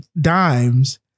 dimes